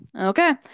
okay